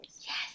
Yes